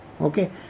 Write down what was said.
okay